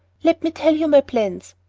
let me tell you my plans.